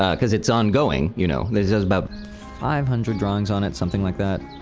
because it's ongoing. you know. this just about five hundred drawings on it, something like that.